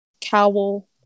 cowl